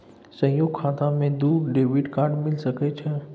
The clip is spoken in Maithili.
संयुक्त खाता मे दू डेबिट कार्ड मिल सके छै?